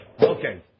Okay